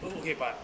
oh okay but I think